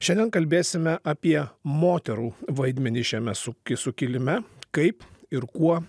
šiandien kalbėsime apie moterų vaidmenį šiame su sukilime kaip ir kuo